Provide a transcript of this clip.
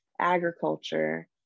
agriculture